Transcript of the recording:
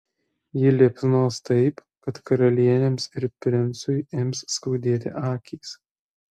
ji liepsnos taip kad karalienėms ir princui ims skaudėti akys